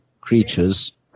creatures